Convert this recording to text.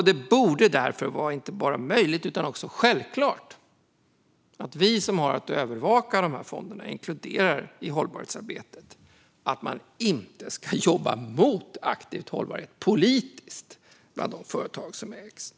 Det borde därför vara inte bara möjligt utan också självklart att vi som har att övervaka dessa fonder i hållbarhetsarbetet inkluderar att man inte ska jobba politiskt aktivt mot hållbarhet bland de företag som ägs.